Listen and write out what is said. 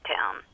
town